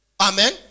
Amen